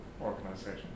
organization